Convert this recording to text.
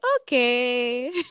okay